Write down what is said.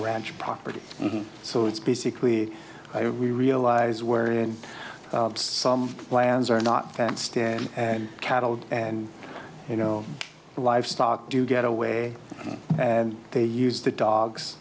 ranch property so it's basically we realize where in some lands are not fenced in and cattle and you know livestock do get away and they use the dogs